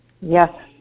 Yes